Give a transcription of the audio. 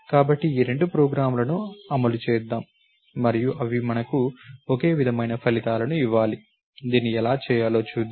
కాబట్టి ఈ రెండు ప్రోగ్రామ్లను అమలు చేద్దాం మరియు అవి మనకు ఒకే విధమైన ఫలితాలను ఇవ్వాలి దీన్ని ఎలా చేయాలో చూద్దాం